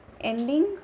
ending